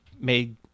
made